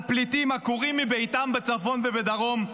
על פליטים עקורים מביתם בצפון ובדרום?